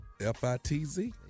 F-I-T-Z